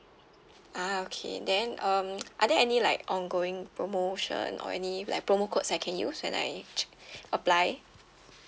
ah okay then um are there any like ongoing promotion or any like promo codes I can use when I apply